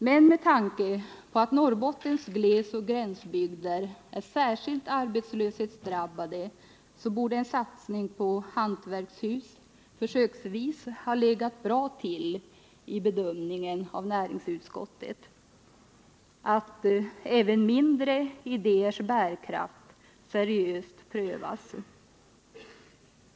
Men med tanke på att Norrbottens glesoch gränsbygder är särskilt arbetslöshetsdrabbade borde en satsning — försöksvis — på hantverkshus ha legat bra till i näringsutskottets bedömning att bärkraften även av idéer avseende mindre satsningar seriöst skall prövas.